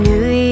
New